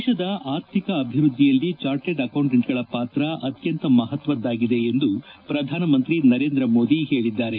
ದೇಶದ ಅರ್ಥಿಕ ಅಭಿವೃದ್ದಿಯಲ್ಲಿ ಚಾರ್ಟಡ್ ಅಕೌಂಟೆಂಟ್ಗಳ ಪಾತ್ರ ಅತ್ಯಂತ ಮಹತ್ವದ್ದಾಗಿದೆ ಎಂದು ಪ್ರಧಾನಮಂತ್ರಿ ನರೇಂದ್ರ ಮೋದಿ ಹೇಳಿದ್ದಾರೆ